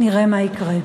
נראה מה יקרה.